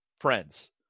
friends